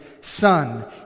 Son